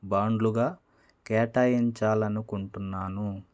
బాండ్లుగా కేటాయించాలనుకుంటున్నాను